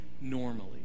normally